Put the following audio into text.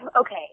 okay